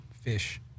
fish